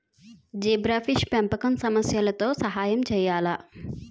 Zebrafish పెంపకం సమస్యలతో సహాయం చేయాలా?